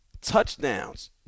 touchdowns